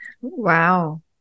Wow